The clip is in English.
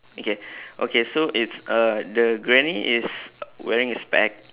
okay okay so it's uh the granny is wearing a spec